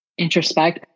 introspect